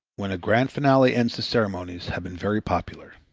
when a grand finale ends the ceremonies, have been very popular.